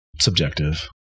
subjective